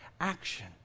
action